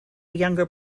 younger